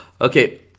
Okay